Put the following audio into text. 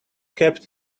kept